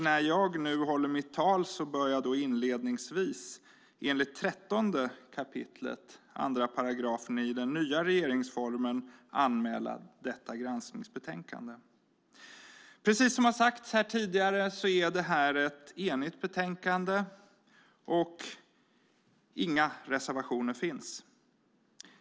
När jag nu håller mitt tal bör jag inledningsvis enligt 13 kap. 2 § i den nya regeringsformen anmäla detta granskningsbetänkande. Precis som har sagts här tidigare är detta ett enigt betänkande, och det finns inga reservationer.